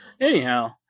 Anyhow